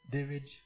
David